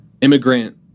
immigrant